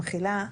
במחילה,